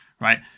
right